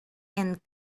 and